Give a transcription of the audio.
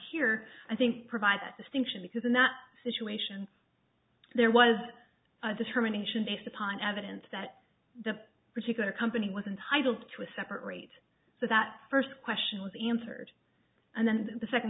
here i think provide that distinction because in that situation there was a determination based upon evidence that the particular company was entitled to a separate so that first question was answered and then the second